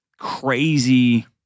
crazy